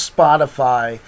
Spotify